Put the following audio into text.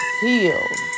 healed